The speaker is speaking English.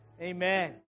Amen